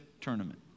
tournament